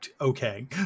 okay